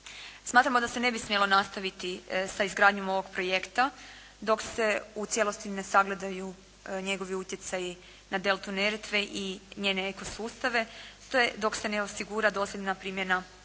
Smatramo da se ne bi smjelo nastaviti sa izgradnjom ovog projekta dok se u cijelosti ne sagledaju njegovi utjecaji na deltu Neretve i njene eko sustave dok se ne osigura dosljedna primjena europske